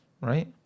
Right